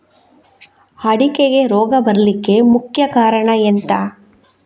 ಅಡಿಕೆಗೆ ರೋಗ ಬರ್ಲಿಕ್ಕೆ ಮುಖ್ಯ ಕಾರಣ ಎಂಥ?